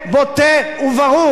בוטה וברור.